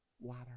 water